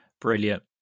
Brilliant